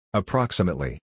approximately